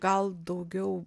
gal daugiau